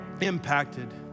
impacted